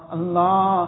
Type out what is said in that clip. Allah